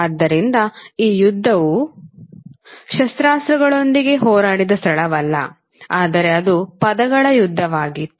ಆದ್ದರಿಂದ ಈ ಯುದ್ಧವು ಶಸ್ತ್ರಾಸ್ತ್ರಗಳೊಂದಿಗೆ ಹೋರಾಡಿದ ಸ್ಥಳವಲ್ಲ ಆದರೆ ಅದು ಪದಗಳ ಯುದ್ಧವಾಗಿತ್ತು